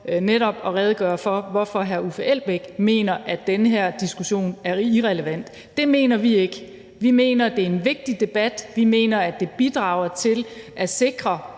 netop at redegøre for, hvorfor hr. Uffe Elbæk mener, at den her diskussion er irrelevant. Det mener vi ikke. Vi mener, det er en vigtig debat. Vi mener, at det bidrager til at sikre